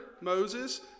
Moses